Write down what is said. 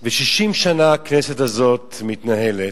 ו-60 שנה, קצת יותר, הכנסת הזאת מתנהלת